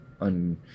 on